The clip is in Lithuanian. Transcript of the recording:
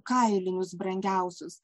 kailinius brangiausius